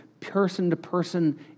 person-to-person